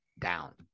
down